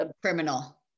criminal